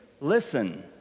listen